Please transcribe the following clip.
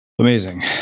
Amazing